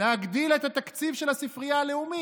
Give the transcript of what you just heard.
להגדיל את התקציב של הספרייה הלאומית.